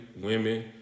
women